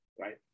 right